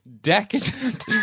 decadent